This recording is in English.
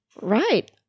Right